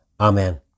Amen